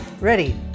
Ready